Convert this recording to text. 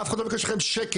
אף אחד לא ביקש מכם שקל.